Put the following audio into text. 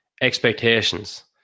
expectations